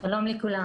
שלום לכולם.